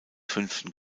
fünften